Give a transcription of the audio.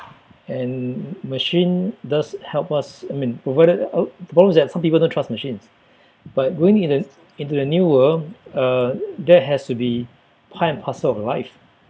and machine does help us I mean provided uh the problem is that some people don't trust machines but going into into the new world uh that has to be part and parcel of life